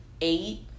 eight